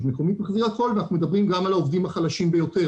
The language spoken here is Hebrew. מקומית מחזיר הכול ואנחנו מדברים גם על העובדים החלשים ביותר,